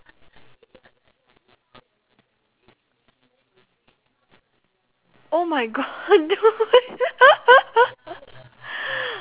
oh my god don't